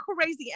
crazy